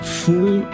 full